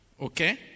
Okay